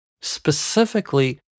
Specifically